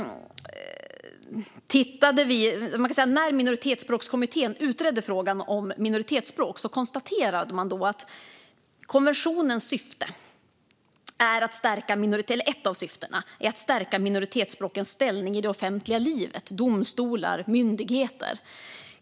När Minoritetsspråkskommittén utredde frågan om minoritetsspråk konstaterade man att ett av konventionens syften är att stärka minoritetsspråkens ställning i det offentliga livet, som domstolar och myndigheter.